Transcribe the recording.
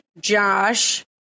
Josh